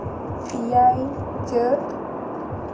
ᱮᱭᱟᱭ ᱪᱟᱹᱛ